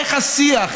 איך השיח,